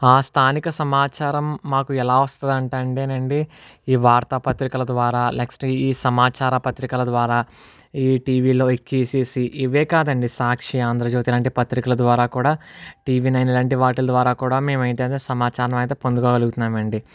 ఆ స్థానిక సమాచారం మాకు ఎలా వస్తుంది అంటే అంటేనండి ఈ వార్త పత్రికల ద్వారా నెక్స్ట్ ఈ సమాచార పత్రికల ద్వారా ఈ టీవీలో ఈ కేసిసి ఇవే కాదండి సాక్షి ఆంధ్రజ్యోతి ఇలాంటి పత్రికల ద్వారా కూడా టీవీ నైన్ లాంటి వాటిలి ద్వారా కూడా మేము అయితే సమాచారం అయితే పొందుకోగలుగుతున్నాము అండి